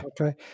Okay